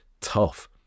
tough